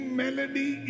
melody